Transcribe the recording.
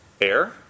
air